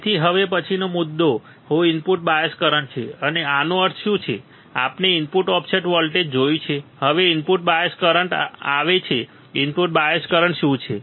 તેથી હવે પછીનો મુદ્દો શું ઇનપુટ બાયસ કરન્ટ છે હવે આનો અર્થ શું છે આપણે ઇનપુટ ઓફસેટ વોલ્ટેજ જોયું છે હવે ઇનપુટ બાયસ કરંટ આવે છે ઇનપુટ બાયસ કરંટ શું છે